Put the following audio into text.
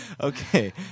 Okay